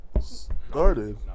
started